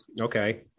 okay